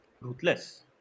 ruthless